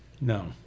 No